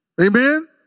Amen